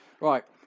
Right